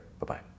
Bye-bye